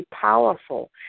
powerful